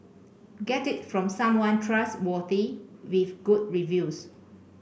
get it from someone trustworthy with good reviews